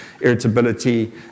irritability